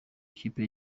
ikipe